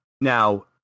Now